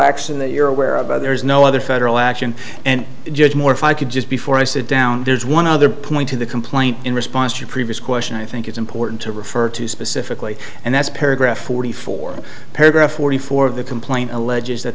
action that you're aware about there's no other federal action and judge moore if i could just before i sit down there's one other point in the complaint in response to your previous question i think it's important to refer to specifically and that's paragraph forty four paragraph forty four of the complaint allege